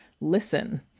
listen